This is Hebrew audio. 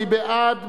מי בעד?